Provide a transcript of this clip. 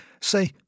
say